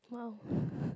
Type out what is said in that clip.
!wow!